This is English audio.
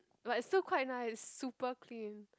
but it's still quite nice super clean